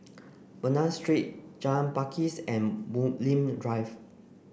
Bernam Street Jalan Pakis and Bulim Drive